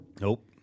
Nope